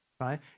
Right